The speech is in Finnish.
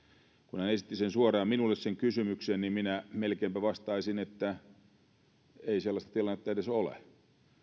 kun hän esitti sen kysymyksen suoraan minulle niin minä melkeinpä vastaisin ei sellaista tilannetta edes ole